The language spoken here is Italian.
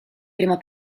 prima